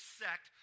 sect